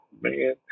man